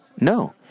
No